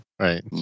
Right